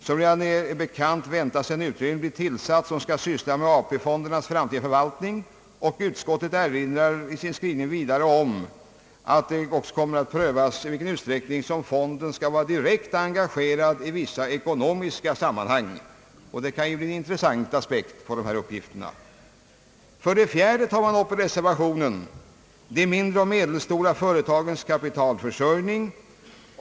Som bekant väntas en utredning bli tillsatt som skall syssla med AP-fondernas förvaltning, och utskottet erinrar i sin skrivning vidare om att det också kommer att prövas, i vilken utsträckning fonden skall vara direkt engagerad i vissa ekonomiska sammanhang. Det kan ju ge mycket intressanta aspekter på de här uppgifterna. För det fjärde tar man i reservationen upp de mindre och medelstora företagens kapitalförsörjning.